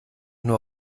nur